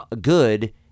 Good